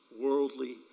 worldly